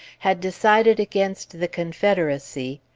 had decided against the confederacy,